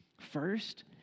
First